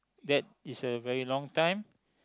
that is a very long time